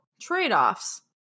Trade-offs